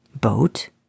Boat